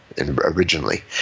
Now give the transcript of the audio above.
originally